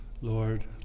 Lord